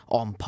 on